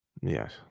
yes